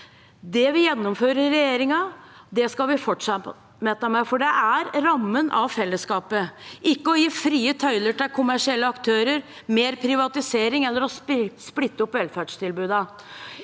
Det vi gjennomfører i regjeringen, skal vi fortsette med, for det er det som er rammen av fellesskapet – ikke å gi frie tøyler til kommersielle aktører, mer privatisering eller å splitte opp velferdstilbudet,